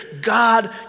God